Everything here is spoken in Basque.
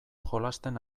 jolasten